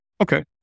okay